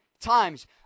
times